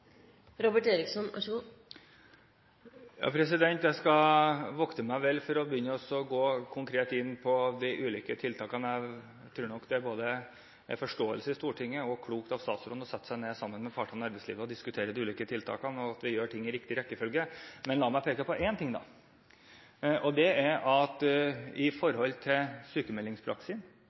Jeg skal vokte meg vel for å begynne å gå konkret inn på de ulike tiltakene. Jeg tror nok det er forståelse for i Stortinget og klokt av statsråden å sette seg ned sammen med partene i arbeidslivet og diskutere de ulike tiltakene, og at vi gjør ting i riktig rekkefølge. Men la meg peke på én ting, og det er at den sykmeldingspraksisen som vi har i